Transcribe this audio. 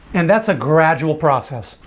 and that's a gradual process.